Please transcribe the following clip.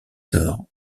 sort